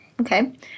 Okay